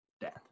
death